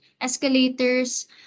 escalators